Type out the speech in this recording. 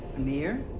amir,